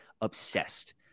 obsessed